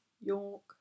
York